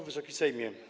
Wysoki Sejmie!